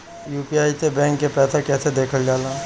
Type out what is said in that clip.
UPI से bank के पैसा कैसे देखल जाला?